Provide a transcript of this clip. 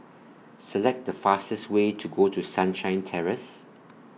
Select The fastest Way to Go to Sunshine Terrace